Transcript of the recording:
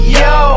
yo